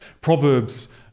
Proverbs